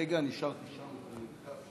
רגע, אני השארתי שם את הדף.